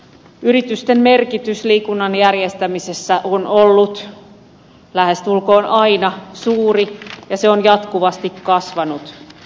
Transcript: yritysten merkitys liikunnan järjestämisessä on ollut lähestulkoon aina suuri ja se on jatkuvasti kasvanut